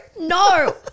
No